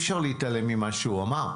אי אפשר להתעלם ממה שהוא אמר.